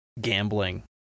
gambling